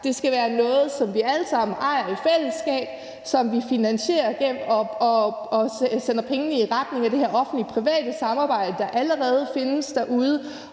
Det skal være noget, som vi alle sammen ejer i fællesskab, og som vi finansierer, så vi sender penge i retning af det her offentlig-private samarbejde, der allerede findes derude.